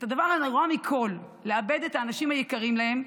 את הדבר הנורא מכול, לאבד את האנשים היקרים להם,